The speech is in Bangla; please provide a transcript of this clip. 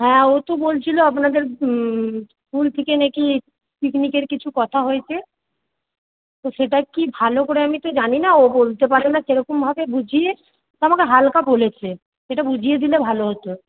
হ্যাঁ ও তো বলছিল আপনাদের স্কুল থেকে নাকি পিকনিকের কিছু কথা হয়েছে তো সেটা কি ভালো করে আমি তো জানি না ও বলতে পারে না সেরকমভাবে বুঝিয়ে আমাকে হালকা বলেছে এটা বুঝিয়ে দিলে ভালো হত